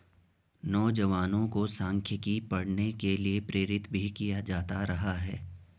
नौजवानों को सांख्यिकी पढ़ने के लिये प्रेरित भी किया जाता रहा है